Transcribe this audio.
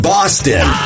Boston